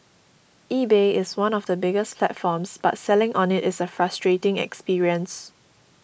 eBay is one of the biggest platforms but selling on it is a frustrating experience